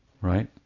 right